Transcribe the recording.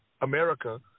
America